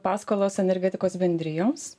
paskolos energetikos bendrijoms